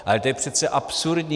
Ale to je přece absurdní.